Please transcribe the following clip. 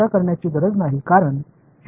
மாணவர் ஆமாம் அதாவது குறிப்பு நேரம் 2427